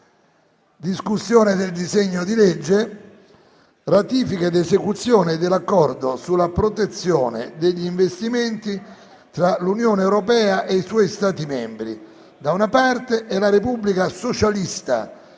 di legge n. 495. DISEGNO DI LEGGE Ratifica ed esecuzione dell'Accordo sulla protezione degli investimenti tra l'Unione europea e i suoi Stati membri, da una parte, e la Repubblica socialista